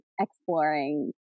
exploring